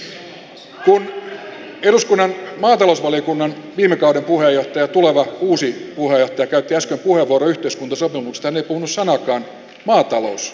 kun eduskunnan maatalousvaliokunnan viime kauden puheenjohtaja ja tuleva uusi puheenjohtaja käytti äsken puheenvuoron yhteiskuntasopimuksesta hän ei puhunut sanaakaan maatalousyrittäjien asioista